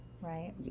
Right